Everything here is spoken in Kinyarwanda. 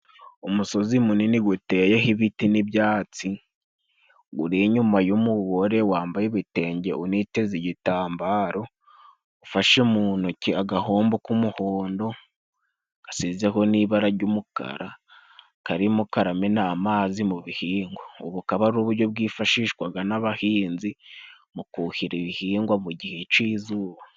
Umusozi munini uteyeho ibiti n'ibyatsi, uri inyuma y'umugore wambaye ibitenge uniteze igitambaro, ufashe mu ntoki agahombo k'umuhondo, asizeho n'ibara ry'umukara, karimo karamena amazi mu bihingwa. Ubu bukaba ari uburyo bwifashishwa n'abahinzi mu kuhira ibihingwa mu gihe cy'izuba.